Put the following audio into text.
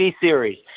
series